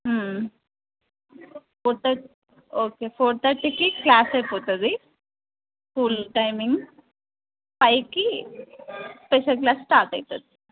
four thirty okay four తర్టీకి class అయిపోతది school timing ఫైవ్కి స్పెషల్ క్లాస్ స్టార్ట్ అవుతుంది